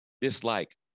dislike